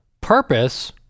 purpose